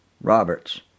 Roberts